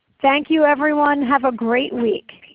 thank you everyone. have a great week.